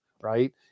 right